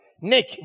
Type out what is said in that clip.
Nick